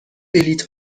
بلیط